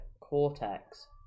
cortex